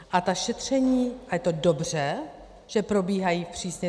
A ta šetření, a je to dobře, probíhají v přísně...